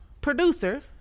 producer